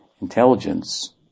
intelligence